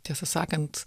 tiesą sakant